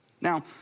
Now